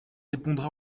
répondra